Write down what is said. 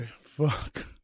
Fuck